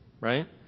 right